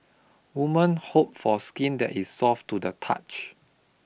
women hope for skin that is soft to the touch